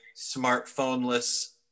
smartphone-less